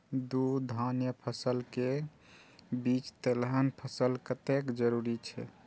दू धान्य फसल के बीच तेलहन फसल कतेक जरूरी छे?